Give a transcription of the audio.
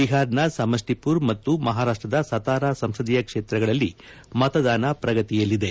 ಬಿಹಾರ್ದ ಸಮಷ್ಟಿಮರ್ ಹಾಗೂ ಮಹಾರಾಷ್ಷದ ಸತಾರಾ ಸಂಸದೀಯ ಕ್ಷೇತ್ರಗಳಲ್ಲಿ ಮತದಾನ ಪ್ರಗತಿಯಲ್ಲಿದೆ